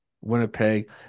Winnipeg